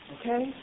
Okay